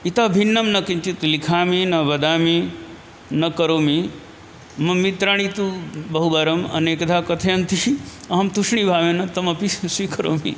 इतः भिन्नं न किञ्चित् लिखामि न वदामि न करोमि मम मित्राणि तु बहु वारं अनेकधा कथयन्ति अहं तुष्णीभावेन तम् अपि स्वि स्वीकरोमि